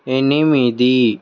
ఎనిమిది